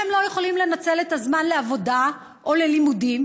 הם לא יכולים לנצל את הזמן לעבודה או ללימודים,